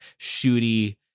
shooty